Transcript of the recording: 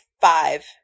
five